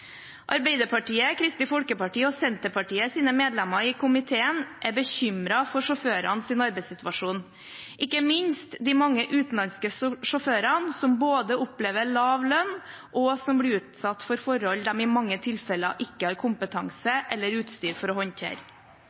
Arbeiderpartiet, Kristelig Folkeparti og Senterpartiets medlemmer i komiteen er bekymret for sjåførenes arbeidssituasjon, ikke minst de mange utenlandske sjåfører som både opplever lav lønn og blir utsatt for forhold de i mange tilfeller ikke har kompetanse eller utstyr til å håndtere.